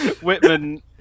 Whitman